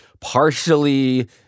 partially